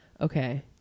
Okay